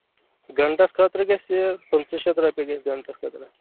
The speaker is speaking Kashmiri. گنٛٹس خٲطرٕ گژھِ پٕنٛژٕہ شَتھ رۄپیٚہِ گژھِ گنٛٹس خٲطرٕ